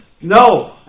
no